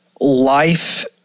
life